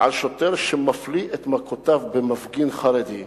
על שוטר שמפליא את מכותיו במפגין חרדי,